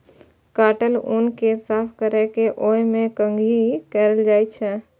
काटल ऊन कें साफ कैर के ओय मे कंघी कैल जाइ छै